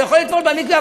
הוא יכול לטבול במקווה,